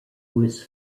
was